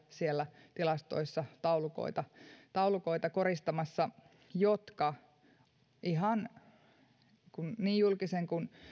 siellä tilastoissa taulukoita taulukoita koristamassa tuhansia ihmisiä jotka niin julkisen kuin